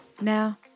Now